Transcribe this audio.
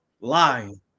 Lying